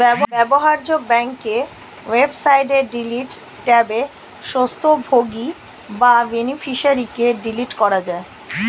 ব্যবহার্য ব্যাংকের ওয়েবসাইটে ডিলিট ট্যাবে স্বত্বভোগী বা বেনিফিশিয়ারিকে ডিলিট করা যায়